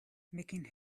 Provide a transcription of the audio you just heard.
making